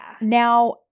Now